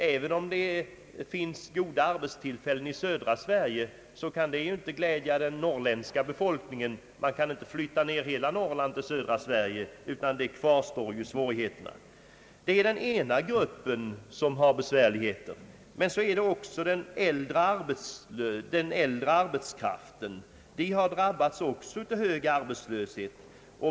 Även om det finns goda arbetstillfällen i södra Sverige kan det inte glädja den norrländska befolkningen. Man kan inte flytta ned hela Norrland till södra Sverige, utan svårigheterna kvarstår. Detta är den ena gruppen som har besvärligheter, men även den äldre arbetskraften har drabbats av hög arbetslöshet.